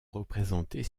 représenter